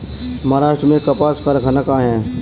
महाराष्ट्र में कपास कारख़ाना कहाँ है?